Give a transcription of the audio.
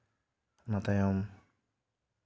ᱚᱱᱟ ᱛᱟᱭᱚᱢ